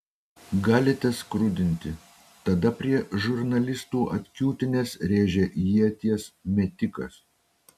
galite skrudinti tada prie žurnalistų atkiūtinęs rėžė ieties metikas